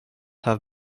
have